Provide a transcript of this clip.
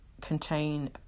contain